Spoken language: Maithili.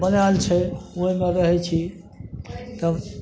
बनाएल छै ओहिमे रहै छी तब